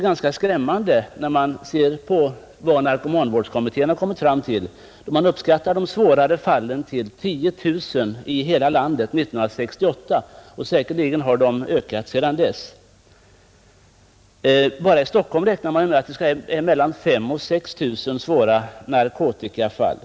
Om man ser på vad narkomanvårdskommittén har kommit fram till måste läget sägas vara ganska allvarligt. Man uppskattade år 1968 antalet svårare fall av narkomani till 10 000 i hela landet. Säkerligen har antalet ökat sedan dess. Man räknar med att det bara i Stockholm finns mellan 5 000 och 6 000 svåra narkotikafall.